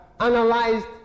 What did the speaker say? analyzed